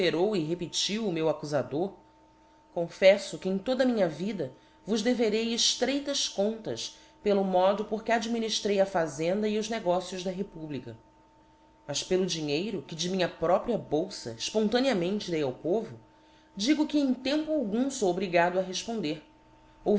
e repetiu o meu accufador confeifo que em toda a minha vida vos deverei eftreitas contas pelo modo porque adminiíbei a fazenda e os negócios da republica mas pelo dinheiro que de minha própria bolfa efpontaneamente dei ao povo digo que em tempo algum fou obrigado a refponder